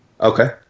Okay